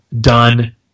done